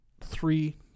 three